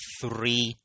three